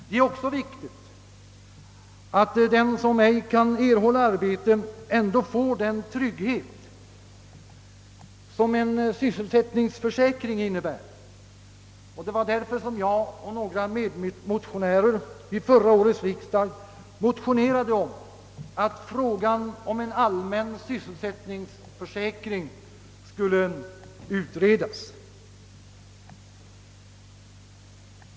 Det är också viktigt att den, som ej kan erhålla arbete, ändå får den trygghet som en sysselsättningsförsäkring innebär. Det var därför som jag och några medmotionärer vid förra årets riksdag motionerade om att frågan om en allmän sysselsättningsförsäkring skulle utredas.